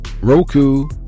Roku